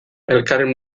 elkarri